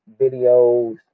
videos